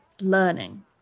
learning